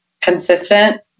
consistent